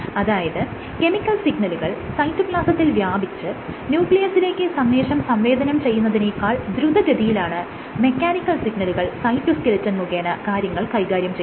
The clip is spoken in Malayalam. അതായത് കെമിക്കൽ സിഗ്നലുകൾ സൈറ്റോപ്ലാസത്തിൽ വ്യാപിച്ച് ന്യൂക്ലിയസിലേക്ക് സന്ദേശങ്ങൾ സംവേദനം ചെയ്യുന്നതിനേക്കാൾ ദ്രുതഗതിയിലാണ് മെക്കാനിക്കൽ സിഗ്നലുകൾ സൈറ്റോസ്കെലിറ്റൻ മുഖേന കാര്യങ്ങൾ കൈകാര്യം ചെയ്യുന്നത്